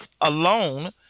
alone